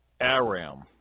Aram